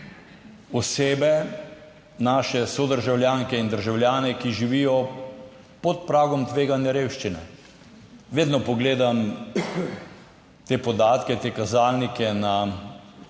osebe, naše sodržavljanke in državljane, ki živijo pod pragom tveganja revščine. Vedno pogledam te podatke, te kazalnike na